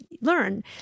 Learn